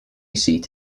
seat